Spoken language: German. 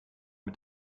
mit